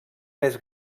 més